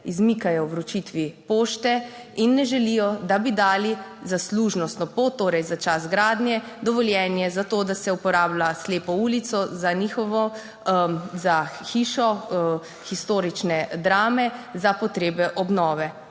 izmikajo vročitvi pošte in ne želijo, da bi dali za služnostno pot, torej za čas gradnje, dovoljenje za to, da se uporablja slepo ulico za hišo historične Drame za potrebe obnove,